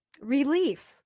Relief